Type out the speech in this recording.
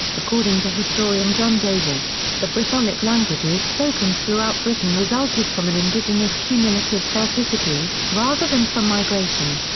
according to historian john davies, the brythonic languages spoken throughout britain resulted from an indigenous cumulative celticity, rather than from migration.